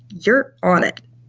you're on it.